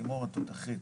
לימור, את תותחית.